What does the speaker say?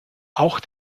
auch